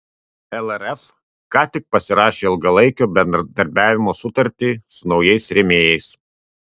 lrf ką tik pasirašė ilgalaikio bendradarbiavimo sutartį su naujais rėmėjais